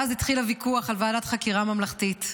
ואז התחיל הוויכוח על ועדת חקירה ממלכתית.